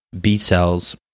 B-cells